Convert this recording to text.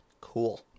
cool